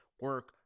Work